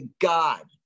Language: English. God